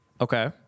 Okay